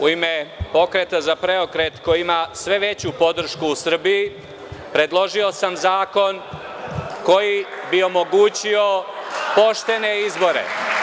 U ime Pokreta za PREOKRET, koji ima sve veću podršku u Srbiji, predložio sam zakon koji bi omogućio poštene izbore.